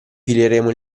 fileremo